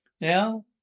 Now